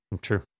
True